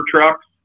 trucks